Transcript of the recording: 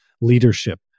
leadership